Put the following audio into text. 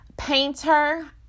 painter